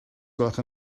gwelwch